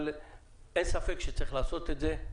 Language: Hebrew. אבל אין ספק שצריך לעשות את זה,